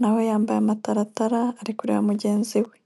na we yambaye amataratara ari kureba mugenzi we.